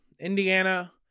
Indiana